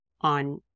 on